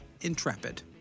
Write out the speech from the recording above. intrepid